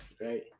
right